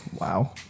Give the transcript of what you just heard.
wow